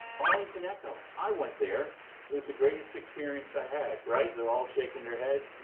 arlington echo. i went there. it was the greatest experience i had. right? they're all shaking their head.